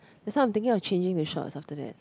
that's why I'm thinking of changing to shorts after that